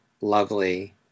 lovely